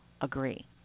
agree